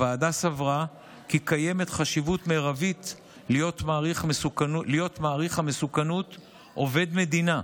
הוועדה סברה כי קיימת חשיבות מרבית להיות מעריך המסוכנות עובד מדינה,